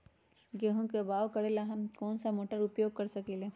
गेंहू के बाओ करेला हम कौन सा मोटर उपयोग कर सकींले?